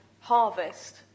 harvest